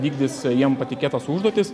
vykdys jiem patikėtas užduotis